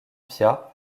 piat